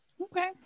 Okay